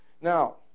Now